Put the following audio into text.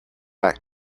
back